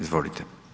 Izvolite.